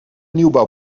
nieuwbouw